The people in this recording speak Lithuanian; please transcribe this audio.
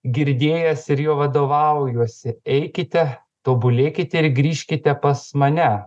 girdėjęs ir juo vadovaujuosi eikite tobulėkite ir grįžkite pas mane